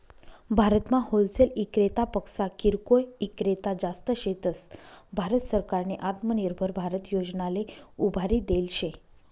भारतमा होलसेल इक्रेतापक्सा किरकोय ईक्रेता जास्त शेतस, भारत सरकारनी आत्मनिर्भर भारत योजनाले उभारी देल शे